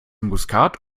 muskat